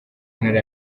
ntara